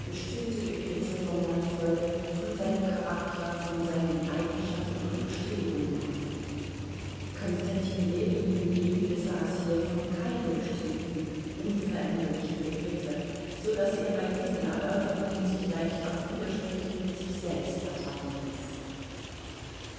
bestimmte begriffe vom landvolke von seinem charakter von seinen eigenschaften und bestrebungen hatte konstantin ljewin hingegen besaß hiervon keine bestimmten unveränderlichen begriffe so daß er bei diesen erörterungen sich leicht auf widersprüchen mit sich selbst ertappen ließ